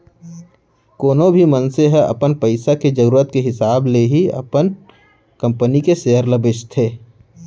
कोनो भी मनसे ह अपन पइसा के जरूरत के हिसाब ले ही अपन कंपनी के सेयर ल बेचथे